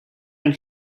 een